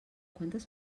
quantes